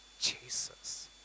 Jesus